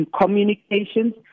communications